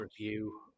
review